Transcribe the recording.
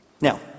Now